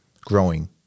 Growing